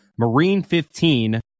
Marine15